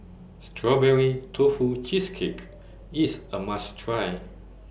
Strawberry Tofu Cheesecake IS A must Try